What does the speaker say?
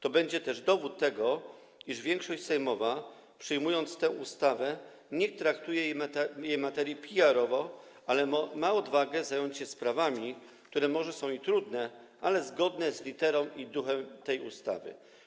To będzie też dowód tego, iż większość sejmowa przyjmując tę ustawę, nie traktuje jej materii PR-owo, ale ma odwagę zająć się sprawami, które może są trudne, ale zgodne z literą i duchem tej ustawy.